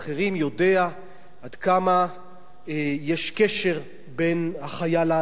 יודע עד כמה יש קשר בין החיה לאדם,